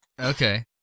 Okay